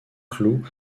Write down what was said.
cloud